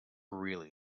really